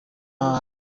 raul